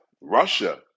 Russia